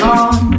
on